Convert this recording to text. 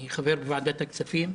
אני חבר בוועדת הכספים,